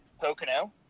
Pocono